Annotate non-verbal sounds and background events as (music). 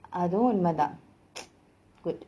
அதுவும் உண்மதான்:athuvum unmathaan (noise) good